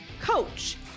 coach